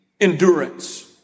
endurance